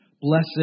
Blessed